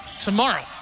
tomorrow